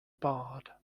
barred